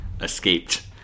escaped